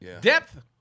depth